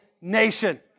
nation